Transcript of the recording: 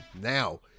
Now